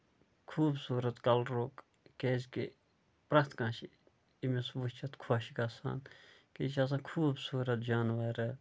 خوٗبصوٗرت کَلرُک کیٛازِ کہِ پرٛتھ کانٛہہ چھُ أمِس وُچھِتھ خۄش گژھان بیٚیہِ چھِ آسان خوٗبصوٗرت جانوَر